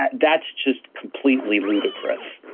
that's just completely ludicrous.